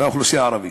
באוכלוסייה הערבית.